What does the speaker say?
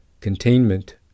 containment